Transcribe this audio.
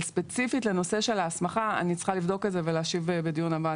אבל ספציפית לנושא של ההסמכה אני צריכה לבדוק את זה ולהשיב בדיון הבא.